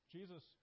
Jesus